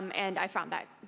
um and i found that